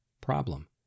problem